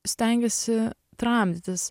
stengiasi tramdytis